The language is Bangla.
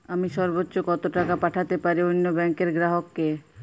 আমি সর্বোচ্চ কতো টাকা পাঠাতে পারি অন্য ব্যাংক র গ্রাহক কে?